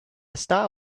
star